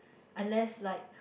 unless like